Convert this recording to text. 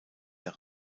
der